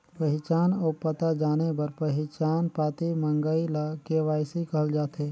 पहिचान अउ पता जाने बर पहिचान पाती मंगई ल के.वाई.सी कहल जाथे